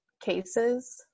cases